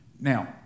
Now